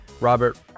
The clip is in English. Robert